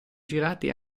girati